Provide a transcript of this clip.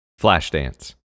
Flashdance